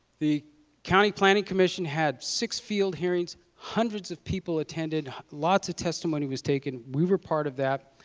the county planning commission had six field hearings, hundreds of people attended, lots of testimony was taken. we were part of that.